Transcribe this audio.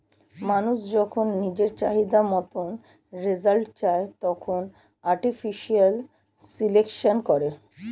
মানুষ যখন নিজের চাহিদা মতন রেজাল্ট চায়, তখন আর্টিফিশিয়াল সিলেকশন করে